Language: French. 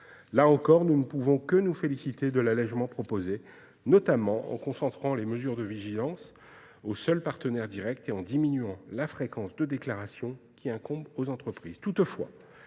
Là encore, nous ne pouvons que nous féliciter de l'allègement proposé, notamment en concentrant les mesures de vigilance aux seuls partenaires directs et en diminuant la fréquence de déclaration qui incombe aux entreprises.